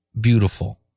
beautiful